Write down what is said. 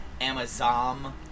amazon